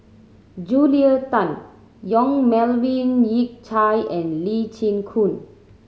Julia Tan Yong Melvin Yik Chye and Lee Chin Koon